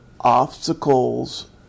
Obstacles